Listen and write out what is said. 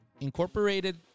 incorporated